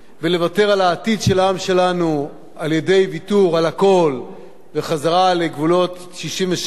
ולוותר על העתיד של העם שלנו על-ידי ויתור על הכול וחזרה לגבולות 67',